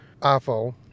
iphone